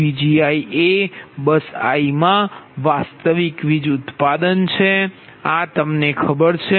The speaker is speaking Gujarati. Pgi એ બસ i માં વાસ્તવિક વીજ ઉત્પાદન છે આ તમને ખબર છે